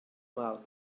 mouth